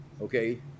Okay